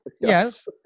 Yes